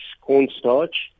cornstarch